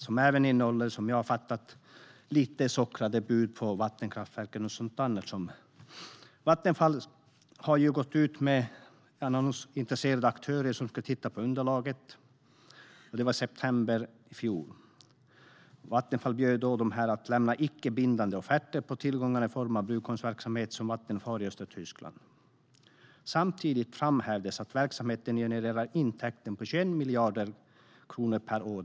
Som jag har fattat det innehåller det även lite sockrade bud på vattenkraftverken och annat. Vattenfall gick ut med annons, och intresserade aktörer skulle titta på underlaget. Det var i september i fjol. Vattenfall erbjöd dem att lämna icke bindande offerter på den brunkolsverksamhet som Vattenfall har i östra Tyskland. Det framhävdes att verksamheten genererade intäkter på 21 miljarder kronor 2014.